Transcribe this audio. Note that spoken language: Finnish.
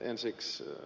ensiksi ed